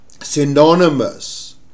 synonymous